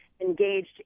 engaged